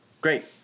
Great